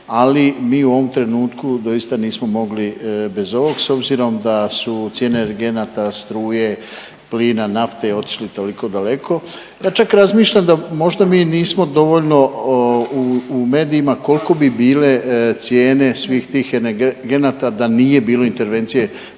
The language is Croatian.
Ali mi u ovom trenutku doista nismo mogli bez ovog s obzirom da su cijene energenata, struje, plina, nafte otišli toliko daleko da čak razmišljam da možda mi nismo dovoljno u medijima koliko bi bile cijene svih tih energenata da nije bilo intervencije